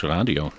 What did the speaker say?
Radio